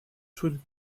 twin